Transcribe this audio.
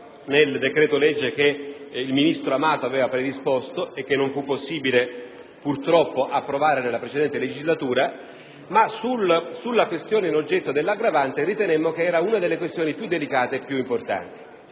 nel decreto-legge che il ministro Amato aveva predisposto e che non fu possibile, purtroppo, approvare nella precedente legislatura, ma la questione in oggetto dell'aggravante ritenemmo fosse una delle questioni più delicate ed importanti.